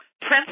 Prince